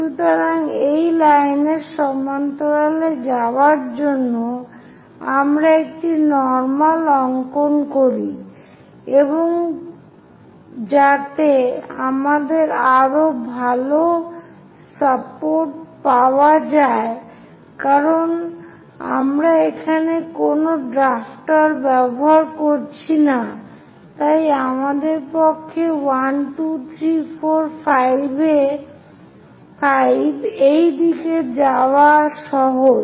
সুতরাং সেই লাইনের সমান্তরালে যাওয়ার জন্য আসুন আমরা একটি নর্মাল অংকন করি এবং যাতে আমাদের আরও ভাল সাপোর্ট পাওয়া যায় কারণ আমরা এখানে কোন ড্রাফটার ব্যবহার করছি না তাই আমাদের পক্ষে1 2 3 4 5 এই দিকে যাওয়া সহজ